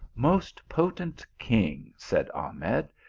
most potent king, said ahmed,